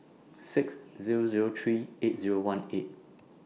six Zero Zero three eight Zero one eight